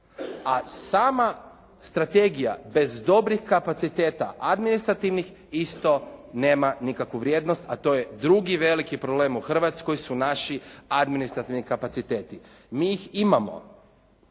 a sama strategija bez dobrih kapaciteta administrativnih isto nema nikakvu vrijednost, a to je drugi veliki problem u Hrvatskoj su naši administrativni kapaciteti. Mi ih imamo,